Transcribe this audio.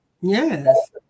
Yes